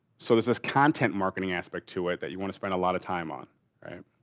so, this is content marketing aspect to it that you want to spend a lot of time on, all right?